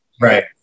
right